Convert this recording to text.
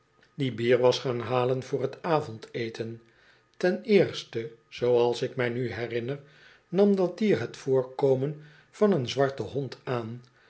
die bier was gaan halen voor t avondeten ten eerste zooals ik mij nu herinner nam dat dier het voorkomen van een zwarten hond aan